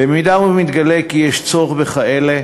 אם מתגלה שיש צורך בכאלה,